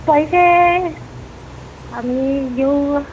पैसे आम्ही घेऊ